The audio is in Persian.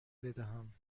بدهم